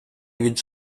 від